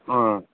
ꯑꯥ